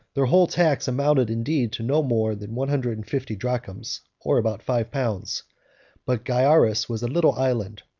their whole tax amounted indeed to no more than one hundred and fifty drachms, or about five pounds but gyarus was a little island,